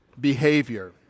behavior